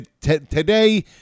Today